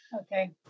Okay